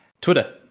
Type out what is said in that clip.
twitter